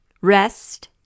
Rest